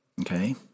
Okay